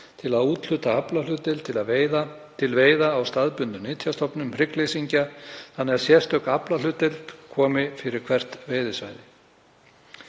til að úthluta aflahlutdeild til veiða á staðbundnum nytjastofnum hryggleysingja þannig að sérstök aflahlutdeild komi fyrir hvert veiðisvæði.